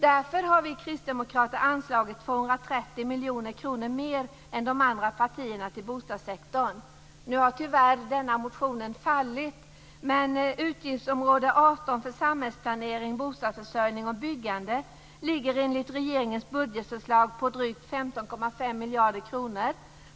Därför har vi kristdemokrater anslagit 230 miljoner kronor mer än de andra partierna till bostadssektorn. Tyvärr har den motionen fallit. Utgiftsområde 18 för samhällsplanering, bostadsförsörjning och byggande ligger enligt regeringens budgetförslag på drygt 15,5 miljarder kronor.